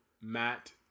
Matt